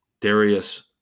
Darius